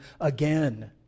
again